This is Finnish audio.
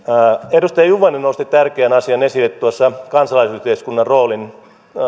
edustaja juvonen nosti tärkeän asian esille kansalaisyhteiskunnan roolin